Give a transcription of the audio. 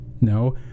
No